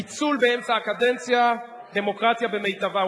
פיצול באמצע הקדנציה, דמוקרטיה במיטבה.